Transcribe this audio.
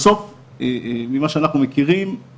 בדיוק, בסופו של דבר המדינה תקבל על זה